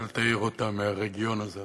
אל תעיר אותה מהרגיעון הזה.